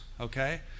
okay